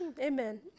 amen